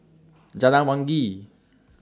Jalan Wangi